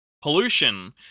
pollution